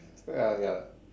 ya ya